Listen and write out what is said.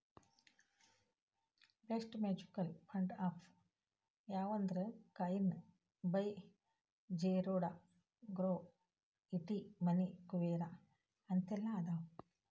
best mutual fund apps ಯಾವಂದ್ರಾ Coin by Zerodha Groww ET Money Kuvera ಅಂತೆಲ್ಲಾ ಅದಾವ